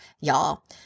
y'all